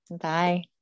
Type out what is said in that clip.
bye